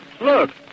Look